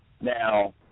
Now